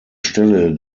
stelle